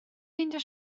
meindio